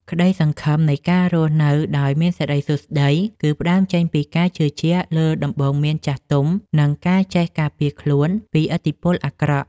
ក្តីសង្ឃឹមនៃការរស់នៅដោយមានសិរីសួស្តី គឺផ្តើមចេញពីការជឿជាក់លើដំបូន្មានចាស់ទុំ និងការចេះការពារខ្លួនពីឥទ្ធិពលអាក្រក់។